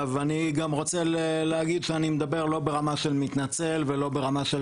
אני גם רוצה להגיד שאני מדבר לא ברמה של מתנצל ולא ברמה של